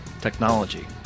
technology